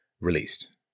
released